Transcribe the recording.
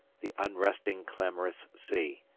the unresting, clamorous sea.